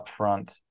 upfront